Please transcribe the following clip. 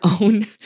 own